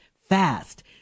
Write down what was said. fast